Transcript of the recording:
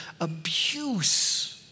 abuse